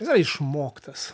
yra išmoktas